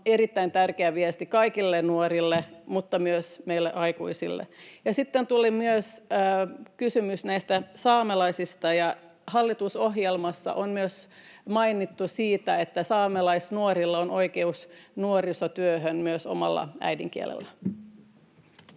erittäin tärkeä viesti kaikille nuorille mutta myös meille aikuisille. Ja sitten tuli kysymys myös saamelaisista. Hallitusohjelmassa on mainittu myös siitä, että saamelaisnuorilla on oikeus nuorisotyöhön myös omalla äidinkielellään.